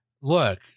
Look